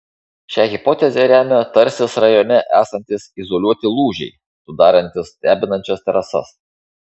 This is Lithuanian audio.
šią hipotezę remia tarsis rajone esantys izoliuoti lūžiai sudarantys stebinančias terasas